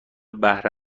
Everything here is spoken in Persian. بهره